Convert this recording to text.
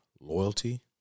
loyalty